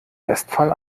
westphal